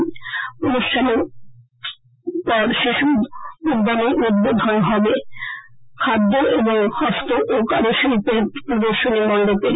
উদ্বোধনী অনুষ্ঠানের পর শিশু উদ্যানেই উদ্বোধন করা হবে খাদ্য এবং হস্ত ও কারুশিল্পের প্রদর্শনী মন্ডপের